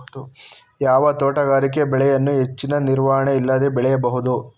ಯಾವ ತೋಟಗಾರಿಕೆ ಬೆಳೆಯನ್ನು ಹೆಚ್ಚಿನ ನಿರ್ವಹಣೆ ಇಲ್ಲದೆ ಬೆಳೆಯಬಹುದು?